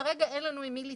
כרגע אין לנו עם מי להתייעץ,